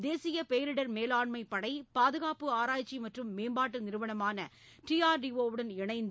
தேசிய பேரிடர் மேலாண்மைப்படை பாதுகாப்பு ஆராய்ச்சி மற்றும் மேம்பாட்டு நிறுவனமான டி ஆர் டி ஒ வுடன் இணைந்து